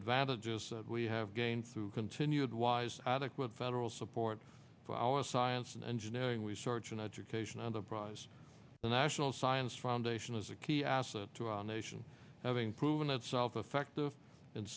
advantages we have gained through continued wise adequate federal support for our science and engineering research and education and the prize the national science foundation is a key asset to our nation having proven itself effective in